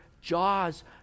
jaws